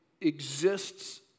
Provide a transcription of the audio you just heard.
exists